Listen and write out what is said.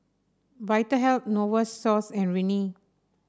Vitahealth Novosource and Rene